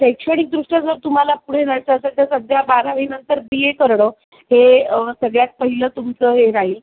शैक्षणिकदृष्ट्या जर तुम्हाला पुढे जायचं असेल तर सध्या बारावीनंतर बी ए करणं हे सगळ्यात पहिलं तुमचं हे राहील